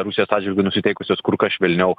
rusijos atžvilgiu nusiteikusios kur kas švelniau